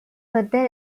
brothel